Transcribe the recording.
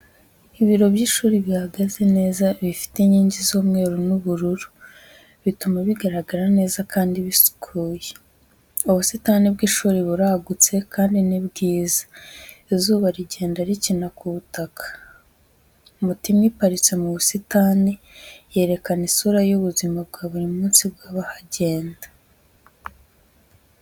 Ibiro by’ishuri bihagaze neza, bifite inkingi z’umweru n’ubururu, bituma bigaragara neza kandi bisukuye. Ubusitani bw’ishuri buragutse kandi ni bwiza, izuba rigenda rikina ku butaka. Moto imwe iparitse mu busitani, yerekana isura y’ubuzima bwa buri munsi bw’abahagenda.